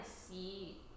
see